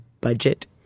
budget